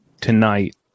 tonight